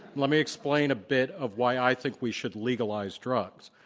let me explain a bit of why i think we should legalize drugs.